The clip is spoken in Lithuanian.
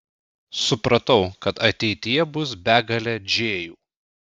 supratau kad ateityje bus begalė džėjų